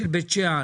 של בית שאן,